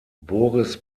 boris